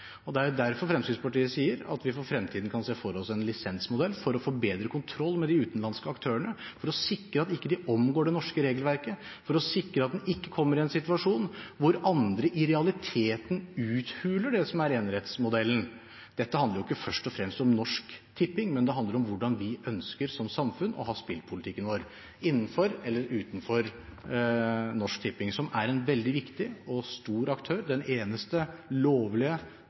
Det er derfor Fremskrittspartiet sier at vi for fremtiden kan se for oss en lisensmodell for å få bedre kontroll med de utenlandske aktørene, for å sikre at de ikke omgår det norske regelverket, og for å sikre at en ikke kommer i en situasjon hvor andre i realiteten uthuler det som er enerettsmodellen. Dette handler jo ikke først og fremst om Norsk Tipping, men det handler om hvordan vi som samfunn ønsker å ha spillpolitikken vår, innenfor eller utenfor Norsk Tipping, som er en veldig viktig og stor aktør – den eneste lovlige